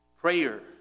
prayer